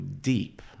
deep